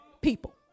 people